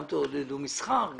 גם תעודדו מסחר,